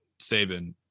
Saban